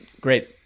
Great